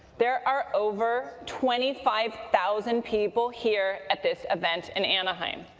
there are over twenty five thousand people here at this event in anaheim.